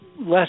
less